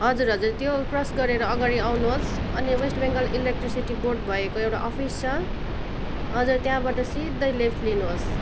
हजुर हजुर त्यो क्रस गरेर अगाडि आउनुहोस् अनि वेस्ट बेङ्गाल इलेक्ट्रिसिटी बोर्ड भएको एउटा अफिस छ हजुर त्यहाँबाट सिधै लेफ्ट लिनुहोस्